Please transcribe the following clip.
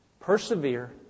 persevere